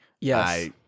Yes